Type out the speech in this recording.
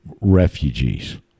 refugees